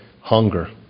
hunger